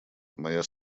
моя